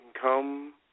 come